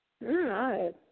right